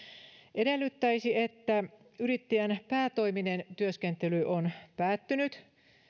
edellyttäisi että yrittäjän päätoiminen työskentely on päättynyt